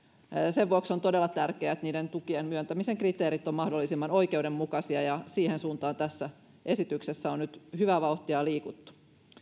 sen vuoksi on todella tärkeää että niiden tukien myöntämisen kriteerit ovat mahdollisimman oikeudenmukaisia ja siihen suuntaan tässä esityksessä on nyt hyvää vauhtia liikuttu